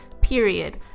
period